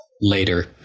later